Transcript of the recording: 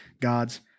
God's